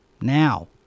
Now